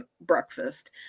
breakfast